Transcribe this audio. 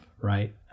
right